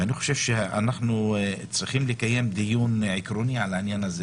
אני חושב שאנחנו צריכים לקיים דיון עקרוני על העניין הזה